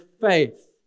faith